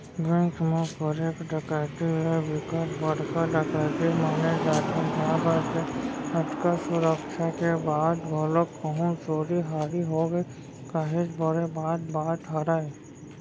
bank म करे डकैती ल बिकट बड़का डकैती माने जाथे काबर के अतका सुरक्छा के बाद घलोक कहूं चोरी हारी होगे काहेच बड़े बात बात हरय